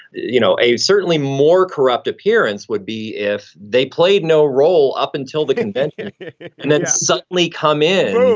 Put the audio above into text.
you know, a certainly more corrupt appearance would be if they played no role. up until the convention and then suddenly come in